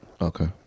Okay